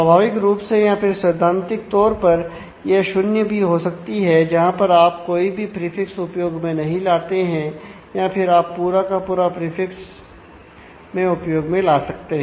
स्वाभाविक रूप से या फिर सैद्धांतिक तौर पर यह 0 भी हो सकती है जहां पर आप कोई भी प्रीफिक्स उपयोग में नहीं लाते हैं या फिर आप पूरा का पूरा प्रीफिक्स में उपयोग में ला सकते हैं